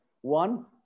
One